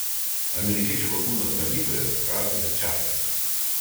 amerikiečių lakūnas bandytojas pravarde čakas